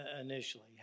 initially